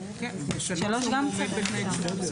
כן, ב-(3) אם הוא עומד בתנאי כשירות.